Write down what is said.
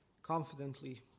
confidently